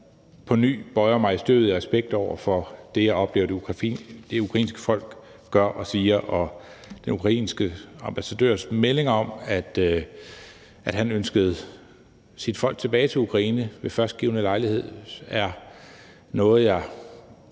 på ny bøjer mig i støvet af respekt over for det, jeg oplever det ukrainske folk gør og siger, og den ukrainske ambassadørs melding om, at han ønsker sit folk tilbage til Ukraine ved førstgivne lejlighed, var noget, jeg